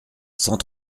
cent